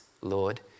Lord